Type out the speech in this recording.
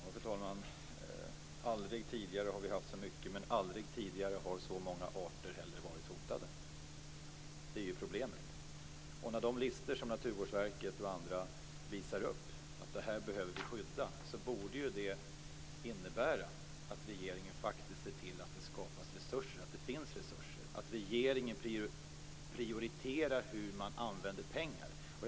Fru talman! Aldrig tidigare har vi haft så mycket pengar, men aldrig tidigare har så många arter heller varit hotade. Det är ju problemet. Naturvårdsverket och andra visar upp listor över de arter vi behöver skydda. Det borde ju innebära att regeringen ser till att det finns resurser. Regeringen borde prioritera hur man använder pengarna.